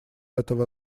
этого